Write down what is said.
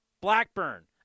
Blackburn